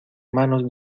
manos